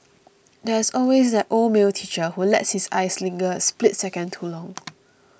there's always that old male teacher who lets his eyes linger a split second too long